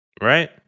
Right